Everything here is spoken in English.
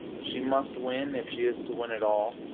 she must win, if she is to win at all,